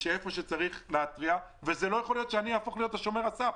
לא ייתכן שאני אהפוך להיות שומר הסף.